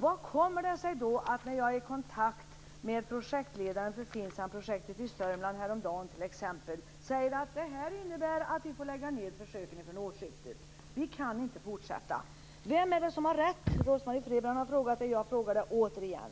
Hur kommer det sig då att t.ex. projektledaren för FINSAM-projektet i Sörmland sade till mig häromdagen att detta innebär att man får lägga ned försöken från årsskiftet och att man inte kan fortsätta? Vem är det som har rätt? Rose-Marie Frebran har frågat om detta, och jag frågar om det återigen.